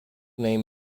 name